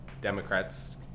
Democrats